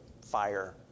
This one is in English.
fire